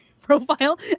profile